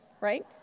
right